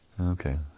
Okay